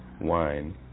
wine